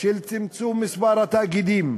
של צמצום מספר התאגידים,